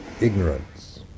ignorance